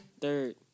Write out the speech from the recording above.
Third